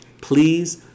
please